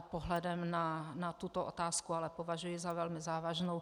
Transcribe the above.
pohledem na tuto otázku, ale považuji ji za velmi závažnou.